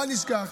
ובל נשכח: